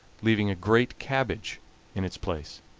leaving a great cabbage in its place.